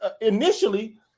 initially